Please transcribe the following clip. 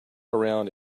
around